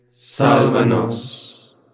salvanos